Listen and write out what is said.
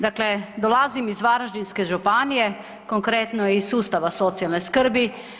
Dakle, dolazim iz Varaždinske županije, konkretno iz sustava socijalne skrbi.